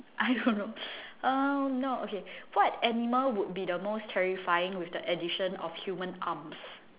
I don't know um no okay what animal would be the most terrifying with the addition of human arms